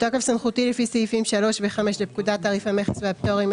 בתוקף סמכותי לפי סעיפים 3 ו-5 לפקודת תעריף המכס והפטורים,